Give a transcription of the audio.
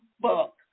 book